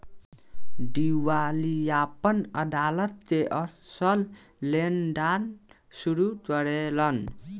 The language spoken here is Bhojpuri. दिवालियापन अदालत के अक्सर लेनदार शुरू करेलन